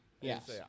Yes